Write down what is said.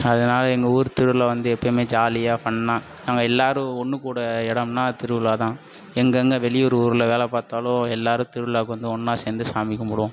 அதனால் எங்கள் ஊர் திருவிழா வந்து எப்பயுமே ஜாலியாக ஃபன்னாக நாங்கள் எல்லாரும் ஒன்று கூட்ற இடோன்னா அது திருவிழா தான் எங்கள் எங்கள் வெளியூர் ஊரில் வேலை பார்த்தாலும் எல்லாரும் திருவிழாவுக்கு வந்து ஒன்னாக சேர்ந்து சாமி கும்பிடுவோம்